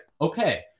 okay